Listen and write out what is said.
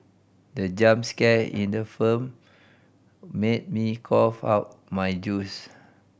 the jump scare in the film made me cough out my juice